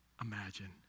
imagine